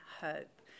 hope